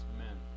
Amen